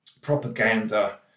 propaganda